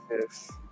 Yes